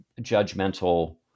judgmental